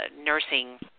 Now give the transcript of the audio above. nursing –